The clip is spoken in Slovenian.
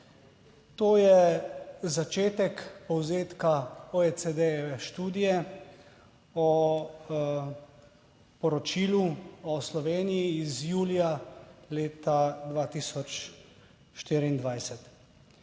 To je začetek povzetka OECD študije o poročilu o Sloveniji iz julija leta 2024.